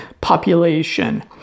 population